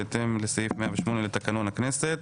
בהתאם לסעיף 108 לתקנון הכנסת.